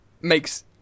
makes